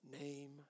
name